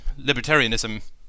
libertarianism